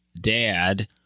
dad